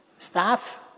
Staff